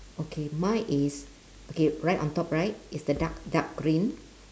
okay mine is okay right on top right is the dark dark green